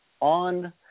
on